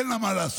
אין לה מה לעשות.